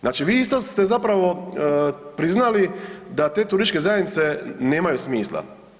Znači vi isto ste zapravo priznali da te turističke zajednice nemaju smisla.